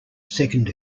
second